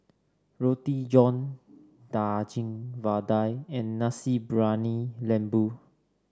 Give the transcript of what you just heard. Roti John Daging Vadai and Nasi Briyani Lembu